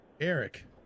Eric